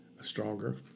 stronger